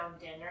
dinner